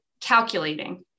calculating